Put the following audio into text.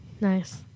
Nice